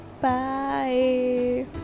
bye